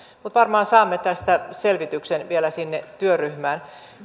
mutta varmaan saamme tästä selvityksen vielä sinne työryhmään